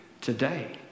today